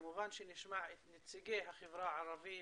כמובן שנשמע את נציגי החברה הערבית,